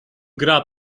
gra